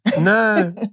No